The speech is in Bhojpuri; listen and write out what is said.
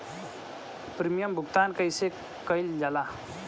प्रीमियम भुगतान कइसे कइल जाला?